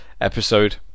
episode